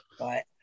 Right